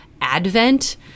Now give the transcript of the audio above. advent